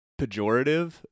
pejorative